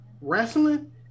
wrestling